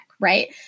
right